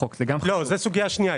זה סוגיה שנייה.